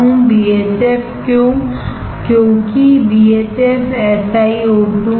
BHF क्यों क्योंकि BHF SiO2 का etchant है